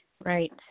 Right